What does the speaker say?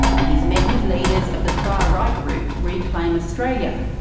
and he's met with leaders of the far-right group reclaim australia,